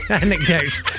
anecdotes